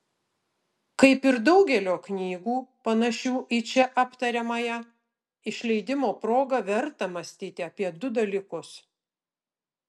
kaip ir daugelio knygų panašių į čia aptariamąją išleidimo proga verta mąstyti apie du dalykus